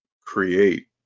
create